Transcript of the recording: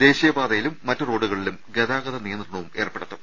ദേശീയപാതയിലും മറ്റ് റോഡു കളിലും ഗതാഗത നിയന്ത്രണവും ഏർപ്പെടുത്തും